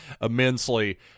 immensely